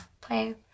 play